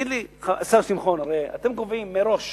השר שמחון, הרי אתם קובעים כרגע מראש